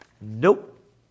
Nope